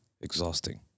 Exhausting